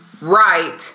right